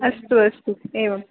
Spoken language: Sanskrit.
अस्तु अस्तु एवम्